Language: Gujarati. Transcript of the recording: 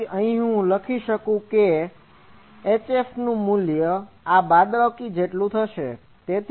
તેથી અહીંથી હું લખી શકું છું કે HF નું મૂલ્ય આ બાદબાકી જેટલું હશે